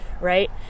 Right